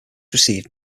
received